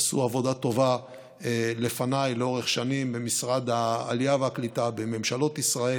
עשו עבודה טובה לפניי לאורך שנים במשרד העלייה והקליטה בממשלות ישראל.